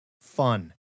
fun